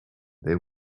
they